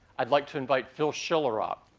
i'd like to invite phil schiller up.